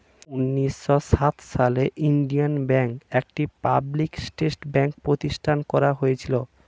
উন্নিশো সাত সালে ইন্ডিয়ান ব্যাঙ্ক, একটি পাবলিক সেক্টর ব্যাঙ্ক প্রতিষ্ঠান করা হয়েছিল